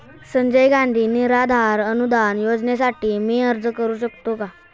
संजय गांधी निराधार अनुदान योजनेसाठी मी अर्ज करू शकतो का?